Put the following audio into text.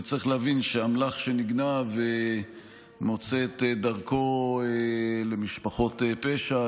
צריך להבין שאמל"ח שנגנב מוצא את דרכו למשפחות פשע,